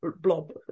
blob